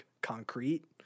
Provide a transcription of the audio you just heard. concrete